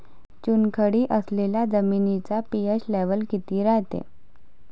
चुनखडी असलेल्या जमिनीचा पी.एच लेव्हल किती रायते?